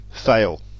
fail